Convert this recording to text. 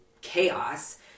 chaos